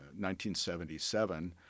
1977